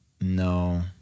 No